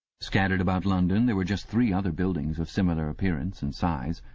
scattered about london there were just three other buildings of similar appearance and size.